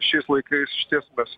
šiais laikais išties mes